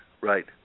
right